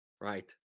right